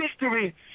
victory